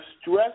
stress